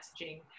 messaging